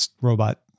robot